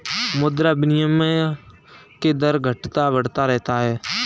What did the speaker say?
मुद्रा विनिमय के दर घटता बढ़ता रहता है